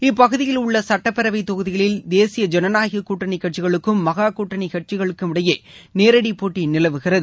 இப்பகுதியில் உள்ள சட்டப்பேரவை தொகுதிகளில் தேசிய ஜனநாயக கூட்டணி கட்சிகளுக்கும் மகா கூட்டணி கட்சிகளுக்குமிடையே நேரடி போட்டி நிலவுகிறது